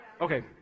Okay